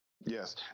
Yes